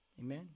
Amen